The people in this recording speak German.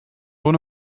ohne